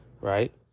right